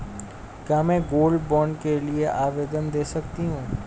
क्या मैं gold bond के लिए आवेदन दे सकती हूँ?